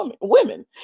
women